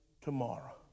tomorrow